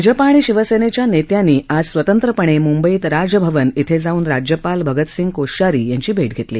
भाजपा आणि शिवसेनेच्या नेत्यांनी आज स्वतंत्रपणे म्ंब त राजभवनात जाऊन राज्यपाल भगतसिंह कोश्यारी यांची भेट घेतली